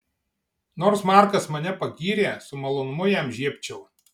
nors markas mane pagyrė su malonumu jam žiebčiau